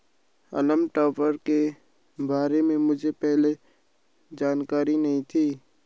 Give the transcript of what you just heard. हॉल्म topper के बारे में मुझे पहले जानकारी नहीं थी